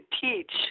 teach